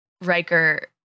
Riker